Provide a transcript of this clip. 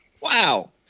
Wow